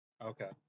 Okay